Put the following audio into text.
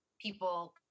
people